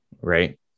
Right